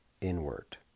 inward